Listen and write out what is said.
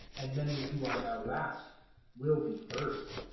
and many who are now last will be first.